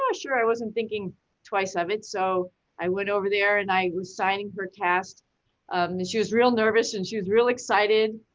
ah sure. i wasn't thinking twice of it, so i went over there and i signed her cast um and she was real nervous and she was real excited.